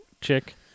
chick